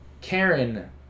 Karen